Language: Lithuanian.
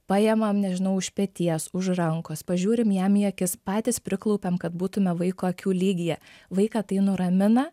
paimam nežinau už peties už rankos pažiūrim jam į akis patys priklaupiam kad būtume vaiko akių lygyje vaiką tai nuramina